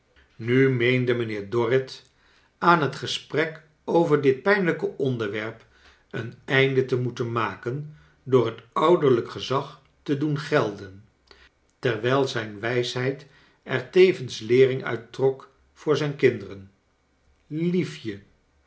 nu ineende mijnheer dorrit aan het gesprek over dit pijnlijke onderwerp een einde te moeten maken door het ouderlijk gezag te doen gelden terwijl zijn wijsheid er t evens leering uit trok voor zijn kinderen liefje